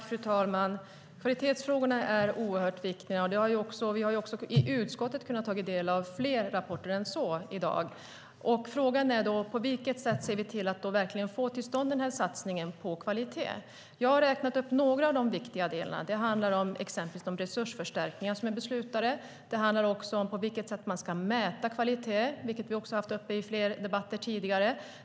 Fru talman! Kvalitetsfrågorna är oerhört viktiga. I utskottet har vi också kunnat ta del av flera rapporter. Frågan är då hur vi ser till att få till stånd satsningen på kvalitet. Jag har räknat upp några av de viktiga delarna. Det handlar exempelvis om resursförstärkningar som är beslutade. Det handlar om på vilket sätt man ska mäta kvalitet, vilket vi har haft uppe i flera debatter tidigare.